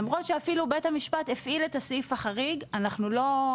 למרות שאפילו בית המשפט הפעיל את הסעיף החריג אנחנו לא,